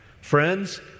Friends